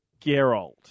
Geralt